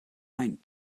ein